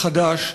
החדש,